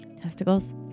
testicles